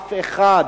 אף אחד